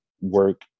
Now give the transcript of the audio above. work